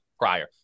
prior